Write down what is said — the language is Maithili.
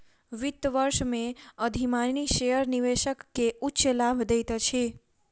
वित्त वर्ष में अधिमानी शेयर निवेशक के उच्च लाभ दैत अछि